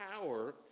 power